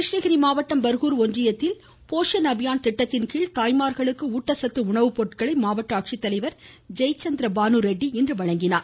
கிருஷ்ணகிரி மாவட்டம் பர்கூர் ஒன்றியத்தில் போஷன் அபியான் திட்டத்தின் கீழ் தாய்மார்களுக்கு ஊட்டச்சத்து உணவு பொருட்களை மாவட்ட ஆட்சித்தலைவர் ஜெயசந்திர பானு ரெட்டி இன்று வழங்கினார்